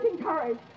courage